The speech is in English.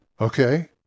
Okay